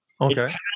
Okay